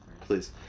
Please